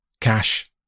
Cash